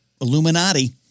Illuminati